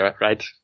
right